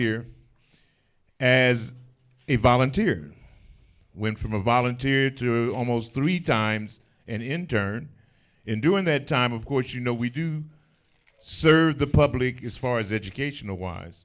here and a volunteer went from a volunteer to almost three times and in turn in doing that time of course you know we serve the public as far as educational wise